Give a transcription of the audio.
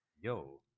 Yo